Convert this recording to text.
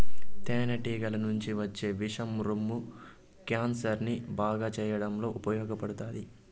తేనె టీగల నుంచి వచ్చే విషం రొమ్ము క్యాన్సర్ ని బాగు చేయడంలో ఉపయోగపడతాది